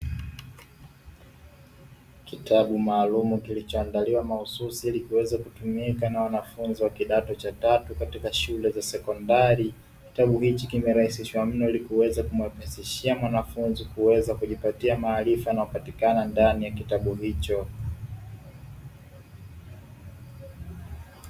Kitabu maalumu kilichoandaliwa mahususi ili kuweza kutumika na wanafunzi wa kidato cha tatu katika shule za sekondari, kitabu hichi kimerahisishwa mno ili kuweza kumhamasishia mwanafunzi kuweza kujipatia maarifa yanayopatikana ndani ya kitabu hicho.